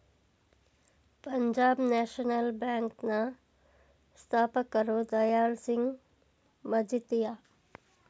Punjab national bank ನ ಸ್ಥಾಪಕರು ದಯಾಳ್ ಸಿಂಗ್ ಮಜಿತಿಯ